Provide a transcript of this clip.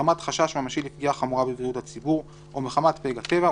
מחמת חשש ממשי לפגיעה חמורה בבריאות הציבור או מחמת פגע טבע,